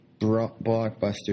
blockbuster